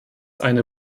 eine